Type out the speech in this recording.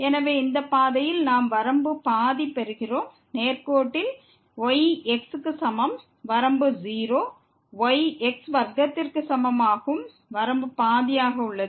எனவே இந்த பாதையில் நாம் வரம்பை பாதியாக பெறுகிறோம் நேர்கோட்டில் y x க்கு சமம் வரம்பு 0 y x வர்க்கத்திற்கு சமமாகும் வரம்பு பாதியாக உள்ளது